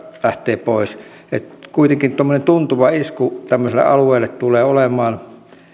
lähtee pois kuitenkin tuommoinen tuntuva isku tämmöiselle alueelle tulee olemaan